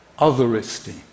other-esteem